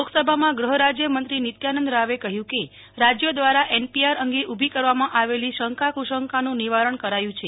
લોકસભામાં ગૃહરાજ્યમંત્રી નિત્યાનંદ રાવે કહ્યું કે રાજ્યો દ્વારા એનપીઆર અંગે ઉભી કરવામાં આવેલી શંકાકુશંકાનું નિવારણ કરાયું છે